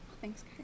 Thanks